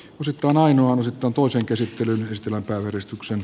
osittain ainoan tuntuisen käsittelyn ristillä porrastuksen